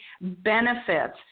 benefits